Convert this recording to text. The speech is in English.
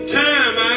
time